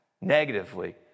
negatively